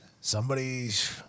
somebody's